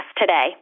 today